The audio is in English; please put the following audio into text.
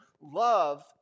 Love